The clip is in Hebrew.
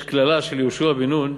יש קללה של יהושע בן נון: